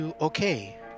okay